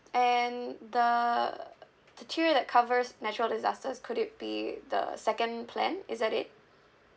and the the tier that covers natural disasters could it be the second plan is that it